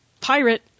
pirate